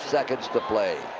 seconds to play.